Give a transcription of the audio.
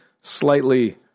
slightly